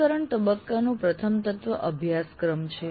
અમલીકરણ તબક્કાનું પ્રથમ તત્વ અભ્યાસક્રમ છે